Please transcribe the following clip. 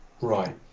right